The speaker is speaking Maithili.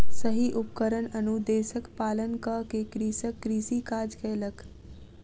सही उपकरण अनुदेशक पालन कअ के कृषक कृषि काज कयलक